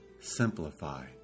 Simplify